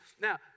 Now